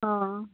ꯑꯥ